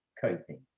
coping